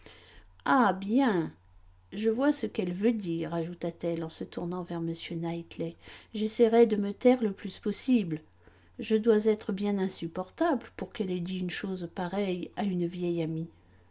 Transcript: ah bien je vois ce qu'elle veut dire ajouta-t-elle en se tournant vers m knightley j'essaierai de me taire le plus possible je dois être bien insupportable pour qu'elle ait dit une chose pareille à une vieille amie